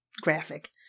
graphic